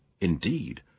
indeed